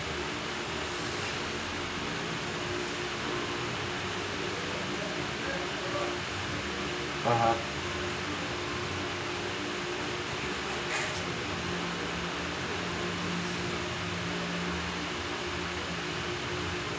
(uh huh)